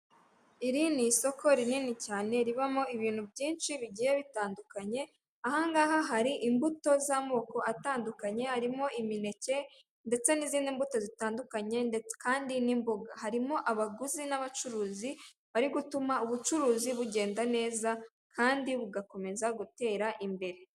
Iri n’ isoko rinini cyane! Ribamo ibintu byinshi bigiye bitandukanye. Ahangaha hari imbuto z'amoko atandukanye, harimo imineke ndetse n'izindi mbuto zitandukanye ndetse kandi n'imboga. Harimo abaguzi n'abacuruzi bari gutuma ubucuruzi bugenda neza kandi bugakomeza gutera imbere.